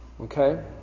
Okay